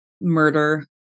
murder